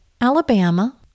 Alabama